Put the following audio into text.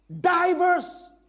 diverse